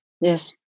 Yes